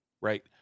right